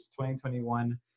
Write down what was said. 2021